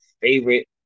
favorite